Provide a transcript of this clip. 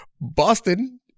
Boston—